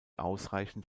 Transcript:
ausreichend